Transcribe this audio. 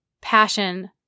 passion